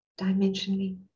dimensionally